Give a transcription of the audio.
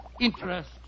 interest